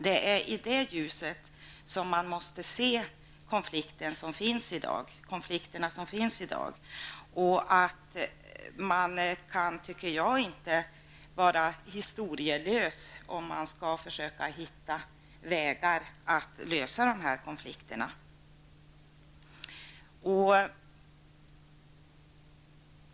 Det är i det ljuset man måste se dagens konflikter. Man kan inte vara historielös om man skall försöka hitta vägar för att lösa dessa konflikter.